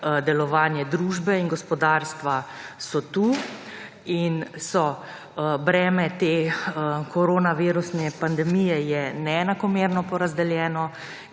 delovanje družbe in gospodarstva so tu in so. Breme te koronavirusne pandemije je neenakomerno porazdeljeno